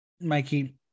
Mikey